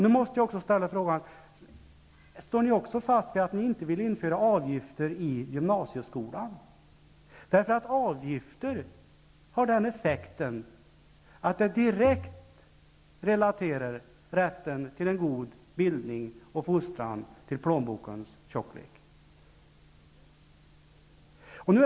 Nu måste jag ställa frågan: Står ni fast vid att ni inte vill införa avgifter i gymnasieskolan? Avgifter har ju den effekten att de direkt relaterar rätten till en god bildning och fostran till plånbokens tjocklek.